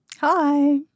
Hi